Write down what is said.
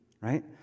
right